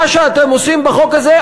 מה שאתם עושים בחוק הזה,